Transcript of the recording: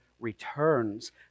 returns